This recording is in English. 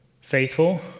faithful